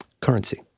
currency